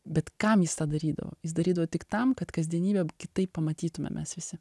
bet kam jis tą darydavo jis darydavo tik tam kad kasdienybę kitaip pamatytume mes visi